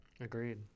Agreed